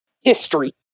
history